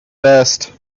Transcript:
best